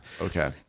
Okay